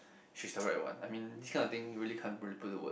she's the right one I mean this kind of thing you really can't put put to words